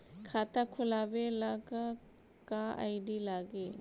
खाता खोलाबे ला का का आइडी लागी?